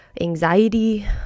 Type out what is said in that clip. anxiety